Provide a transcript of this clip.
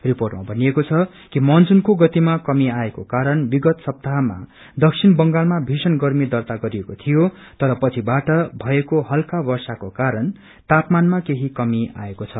रिपोंटमा भनिएको छ कि मानसूनको गतिमा कमी आएको कारण विगत सप्ताहमा दक्षिण बंगालमा भीषण गर्मी दार्ता गरिएको थियो तर पछि बाट भएको हल्का वर्षाको कारण तापमानमा केही कमी आएको छ